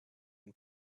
and